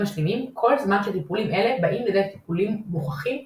משלימים כל זמן שטיפולים אלה באים לצד טיפולים מוכחים,